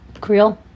Creole